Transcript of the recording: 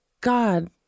god